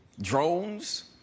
Drones